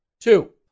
Two